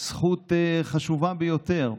זכות חשובה ביותר,